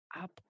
up